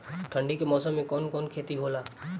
ठंडी के मौसम में कवन कवन खेती होला?